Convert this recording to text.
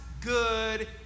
good